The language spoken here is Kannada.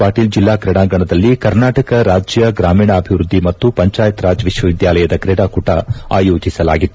ಪಾಟೀಲ್ ಜಿಲ್ಲಾ ತ್ರೇಡಾಂಗಣದಲ್ಲಿ ಕರ್ನಾಟಕ ರಾಜ್ಯ ಗ್ರಾಮೀಣಾಭಿವೃದ್ದಿ ಮತ್ತು ಪಂಚಾಯತ್ ರಾಜ್ ವಿಶ್ವವಿದ್ಯಾಲಯದ ಕ್ರೀಡಾಕೂಟ ಆಯೋಜಿಸಲಾಗಿತ್ತು